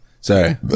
sorry